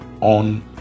on